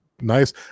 nice